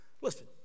Listen